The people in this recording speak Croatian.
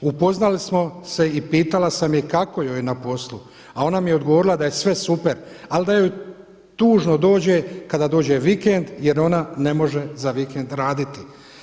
Upoznali smo se i pitala sam je kako joj je na poslu a ona mi je odgovorila da je sve super ali da joj tužno dođe kada dođe vikend jer ona ne može za vikend raditi.